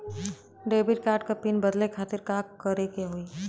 Debit card क pin बदले खातिर का करेके होई?